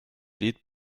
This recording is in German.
lied